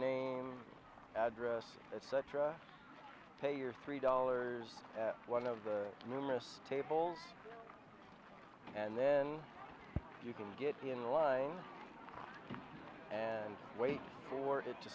name address etc pay your three dollars at one of the numerous tables and then you can get in line and wait for it to